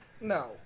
No